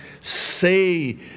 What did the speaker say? say